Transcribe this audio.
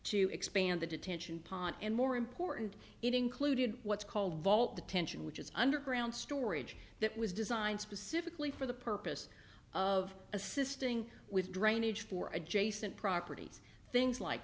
to expand the detention pond and more important it included what's called vault attention which is underground storage that was designed specifically for the purpose of assisting with drainage for adjacent properties things like